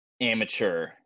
amateur